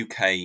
UK